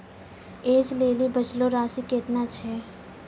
ऐज लेली बचलो राशि केतना छै?